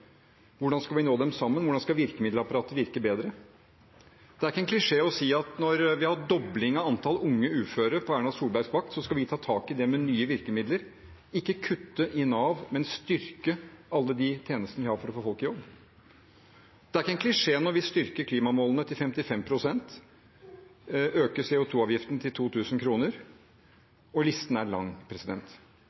hvordan skal vi nå dem sammen, hvordan skal virkemiddelapparatet virke bedre? Det er ikke en klisjé å si at når vi har en dobling av antall unge uføre på Erna Solbergs vakt, skal vi ta tak i det med nye virkemidler – ikke kutte i Nav, men styrke alle de tjenestene vi har for å få folk i jobb. Det er ikke en klisjé når vi styrker klimamålene til 55 pst. og øker CO2-avgiften til 2 000 kr. Listen er lang,